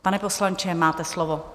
Pane poslanče, máte slovo.